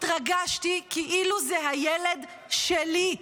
התרגשתי כאילו זה הילד שלי.